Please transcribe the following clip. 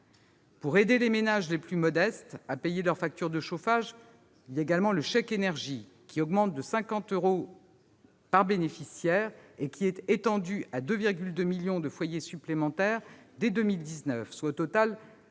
Pour aider les ménages les plus modestes à payer leur facture de chauffage, le chèque énergie est augmenté de 50 euros par bénéficiaire et étendu à 2,2 millions de foyers supplémentaires dès 2019, soit au total